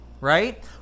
Right